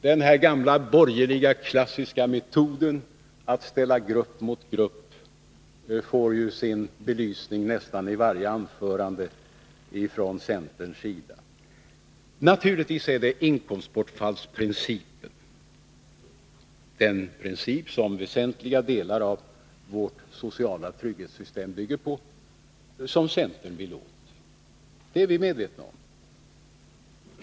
Den gamla klassiska borgerliga metoden att ställa grupp mot grupp får ju sin belysning i nästan varje anförande från centerns sida. Naturligtvis är det inkomstbortfallsprincipen — den princip som väsentliga delar av vårt sociala trygghetssystem bygger på — som centern vill åt, det är vi medvetna om.